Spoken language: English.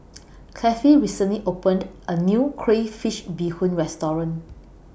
Clevie recently opened A New Crayfish Beehoon Restaurant